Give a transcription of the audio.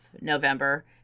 November